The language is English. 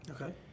Okay